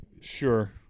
sure